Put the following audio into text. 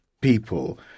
people